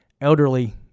elderly